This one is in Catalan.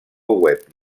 web